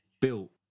built